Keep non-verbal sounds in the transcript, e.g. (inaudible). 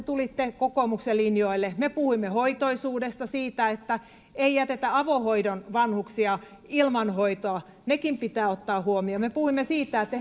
(unintelligible) tulitte kokoomuksen linjoille me puhuimme hoitoisuudesta siitä että ei jätetä avohoidon vanhuksia ilman hoitoa nekin pitää ottaa huomioon me puhuimme siitä että (unintelligible)